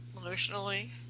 emotionally